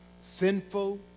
sinful